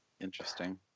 interesting